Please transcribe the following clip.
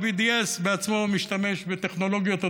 ה-BDS בעצמו משתמש בטכנולוגיות,